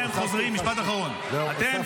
--- אתה,